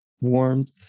warmth